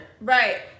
Right